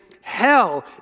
hell